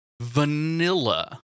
Vanilla